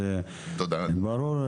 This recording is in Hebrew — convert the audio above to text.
זה ברור,